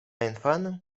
infano